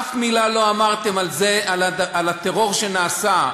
אף מילה לא אמרתם על הטרור שנעשה,